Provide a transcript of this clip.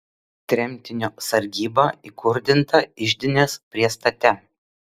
tremtinio sargyba įkurdinta iždinės priestate